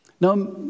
Now